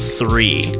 three